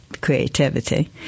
creativity